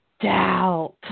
Doubt